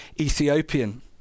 Ethiopian